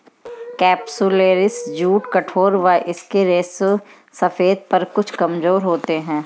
capsularis jute कठोर व इसके रेशे सफेद पर कुछ कमजोर होते हैं